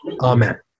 Amen